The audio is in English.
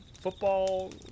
football